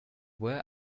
where